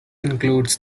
include